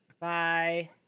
Bye